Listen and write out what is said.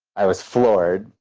i was floored.